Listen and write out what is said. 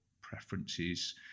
preferences